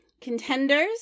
Contenders